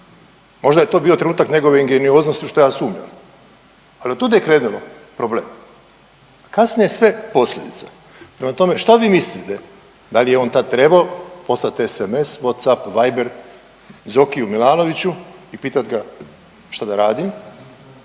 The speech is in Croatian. Možda je to bio trenutak njegove ingenioznosti u što ja sumnjam, ali od tud je krenulo problem. Kasnije sve posljedice. Prema tome, što vi mislite da li je on tad trebao poslati SMS, Whatsapp, Viber Zokiju Milanoviću i pitat ga šta da radim,